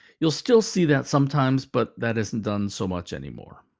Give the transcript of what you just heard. you'll still see that sometimes, but that isn't done so much anymore.